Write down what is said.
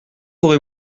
aurez